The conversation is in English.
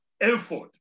effort